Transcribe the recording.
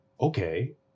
okay